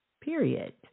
period